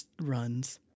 runs